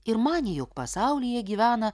ir manė jog pasaulyje gyvena